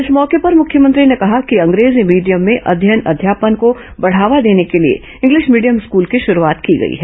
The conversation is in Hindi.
इस मौके पर मुख्यमंत्री ने कहा कि अंग्रेजी मीडियम में अध्ययन अध्यापन को बढ़ावा देने के लिए इंग्लिश मीडियम स्कूल की शुरूआत की गई है